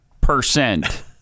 percent